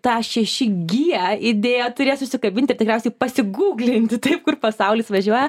tą šeši gie idėją turės užsikabinti tikriausiai pasigūglinti taip kur pasaulis važiuoja